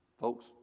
Folks